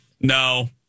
No